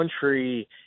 country